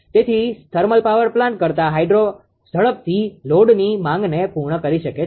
તેથી thermal power plant કરતા hydro ઝડપથી લોડની માંગને પૂર્ણ કરી શકે છે